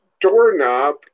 doorknob